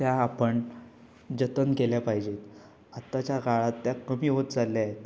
त्या आपण जतन केल्या पाहिजेत आत्ताच्या काळात त्या कमी होत चालल्या आहेत